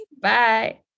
Bye